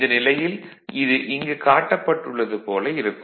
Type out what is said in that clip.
இந்த நிலையில் இது இங்கு காட்டப்பட்டுள்ளது போல இருக்கும்